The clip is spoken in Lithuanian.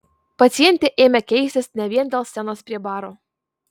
pacientė ėmė keistis ne vien dėl scenos prie baro